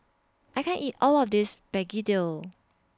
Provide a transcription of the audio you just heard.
I can't eat All of This Begedil